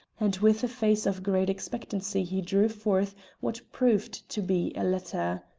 and with a face of great expectancy he drew forth what proved to be a letter.